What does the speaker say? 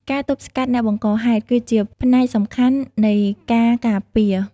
ការទប់ស្កាត់អ្នកបង្កហេតុ គឺជាផ្នែកសំខាន់នៃការការពារ។